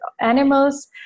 animals